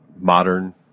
modern